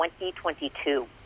2022